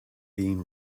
being